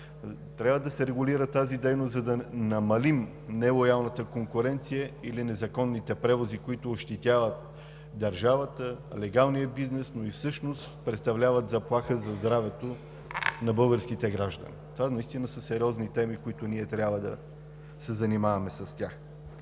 Трябва да се регулира тази дейност, за да намалим нелоялната конкуренция или незаконните превози, които ощетяват държавата, легалния бизнес, но всъщност представляват заплаха за здравето на българските граждани. Това наистина са сериозни теми, с които ние трябва да се занимаваме.